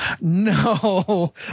No